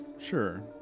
Sure